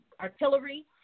artillery